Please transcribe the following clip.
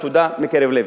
תודה מקרב לב.